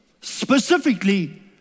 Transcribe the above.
specifically